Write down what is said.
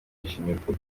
kwishimirwa